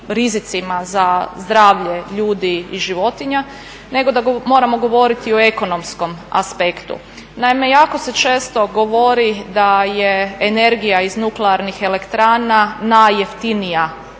rizicima za zdravlje ljudi i životinja, nego da moramo govoriti i o ekonomskom aspektu. Naime, jako se često govori da je energija iz nuklearnih elektrana najjeftinija